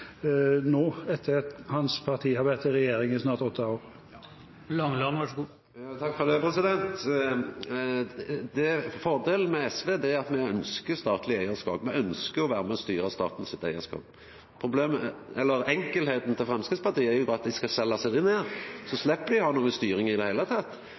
nå, etter at hans parti har vært i regjering i snart åtte år? Fordelen med SV er at me ønskjer statleg eigarskap, me ønskjer å vera med og styra statens eigarskap. Enkeltheita til Framstegspartiet er at ein skal selja seg ned, så slepp ein å ha noka styring i det heile.